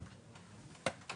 )